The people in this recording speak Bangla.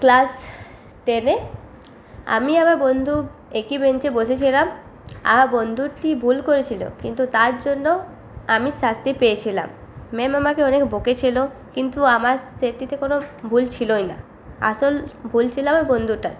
ক্লাস টেনে আমি আমার বন্ধু একই বেঞ্চে বসেছিলাম আমার বন্ধুটি ভুল করেছিল কিন্তু তার জন্য আমি শাস্তি পেয়েছিলাম ম্যাম আমাকে অনেক বকেছিল কিন্তু আমার সেটিতে কোনো ভুল ছিলই না আসল ভুল ছিল আমার বন্ধুটার